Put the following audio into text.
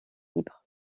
libre